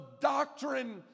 doctrine